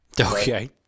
Okay